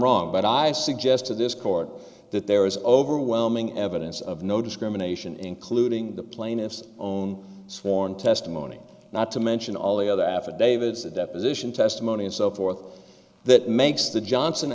wrong but i suggest to this court that there is overwhelming evidence of no discrimination including the plaintiff's own sworn testimony not to mention all the other affidavits the deposition testimony and so forth that makes the johnson